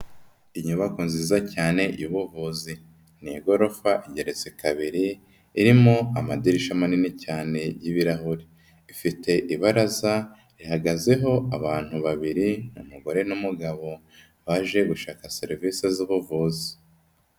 Inyubako nziza cyane y'ubuvuzi. Ni igorofa igeretse kabiri, irimo amadirishya manini cyane y'ibirahuri. Ifite ibaraza, rihagazeho abantu babiri, umugore n'umugabo baje gushaka serivisi z'ubuvuzi.